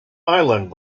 island